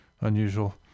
unusual